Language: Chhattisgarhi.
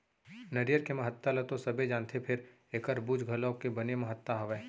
नरियर के महत्ता ल तो सबे जानथें फेर एकर बूच घलौ के बने महत्ता हावय